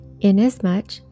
inasmuch